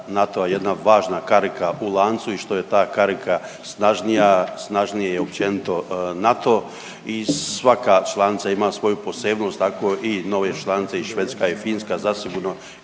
NATO-a jedna važna karika u lancu i što je ta karika snažnija snažniji je općenito NATO. I svaka članica ima svoju posebnost tako i nove članice i Švedska i Finska zasigurno